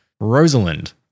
Rosalind